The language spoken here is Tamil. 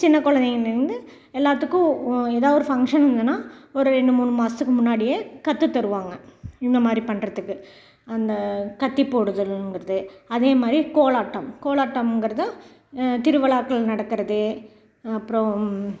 சின்ன குழந்தைங்கள்லேருந்து எல்லாத்துக்கும் ஓ எதாது ஒரு ஃபங்க்ஷன் இருந்துன்னா ஒரு ரெண்டு மூணு மாதத்துக்கு முன்னாடியே கற்று தருவாங்க இந்த மாதிரி பண்ணுறத்துக்கு அந்த கத்தி போடுதல்லுங்கறது அதே மாதிரி கோலாட்டம் கோலாட்டம்ங்கிறதும் திருவிழாக்கள் நடத்துறது அப்புறோம்